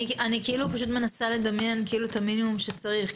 אני מנסה לדמיין את המינימום שצריך.